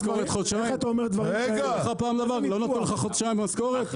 לא נכנסה משכורת חודשיים?